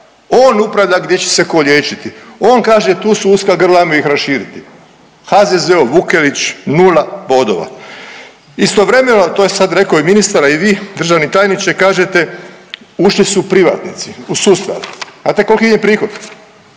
on upravlja gdje će se ko liječiti, on kaže tu su uska grla ajmo ih raširiti, HZZO, Vukelić, nula bodova. Istovremeno, to je sad rekao i ministar, a i vi državni tajniče kažete ušli su privatnici u sustav, a tek kolki im je prihod